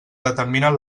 determinen